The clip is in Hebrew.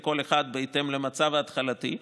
כל אחד בהתאם למצב ההתחלתי,